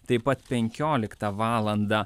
taip pat penkioliktą valandą